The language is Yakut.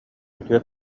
үтүө